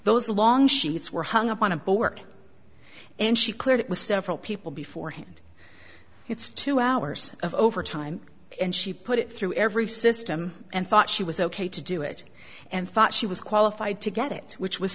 those long sheets were hung up on a board and she cleared it with several people before hand it's two hours of overtime and she put it through every system and thought she was ok to do it and thought she was qualified to get it which was